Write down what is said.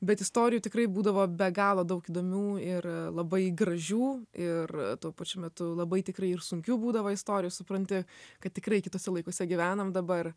bet istorijų tikrai būdavo be galo daug įdomių ir labai gražių ir tuo pačiu metu labai tikrai ir sunkių būdavo istorijų supranti kad tikrai kituose laikuose gyvenam dabar